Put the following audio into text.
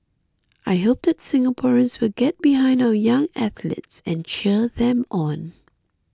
I hope that Singaporeans will get behind our young athletes and cheer them on